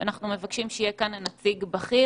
אנחנו מבקשים שיהיה כאן נציג בכיר.